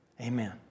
amen